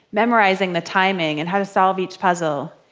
memorizing the timing and how to solve each puzzle.